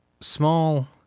small